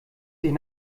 sich